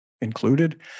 included